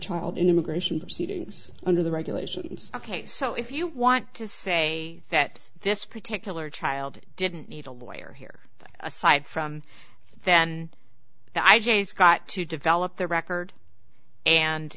child in immigration proceedings under the regulations ok so if you want to say that this particular child didn't need a lawyer here aside from then i just got to develop the record and